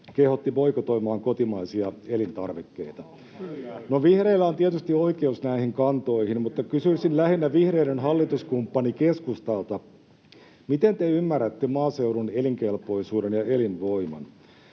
kehotti boikotoimaan kotimaisia elintarvikkeita. No, vihreillä on tietysti oikeus näihin kantoihin, mutta kysyisin lähinnä vihreiden hallituskumppani keskustalta: Miten te ymmärrätte maaseudun elinkelpoisuuden ja elinvoiman?